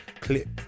clip